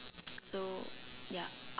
so ya